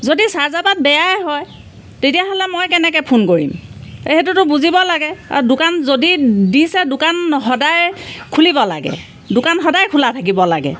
যদি চাৰ্জাৰপাত বেয়াই হয় তেতিয়াহ'লে মই কেনেকে ফোন কৰিম এই সেইটোতো বুজিব লাগে আৰু দোকান যদি দিছে দোকান সদায় খুলিব লাগে দোকান সদায় খোলা থাকিব লাগে